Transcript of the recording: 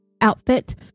outfit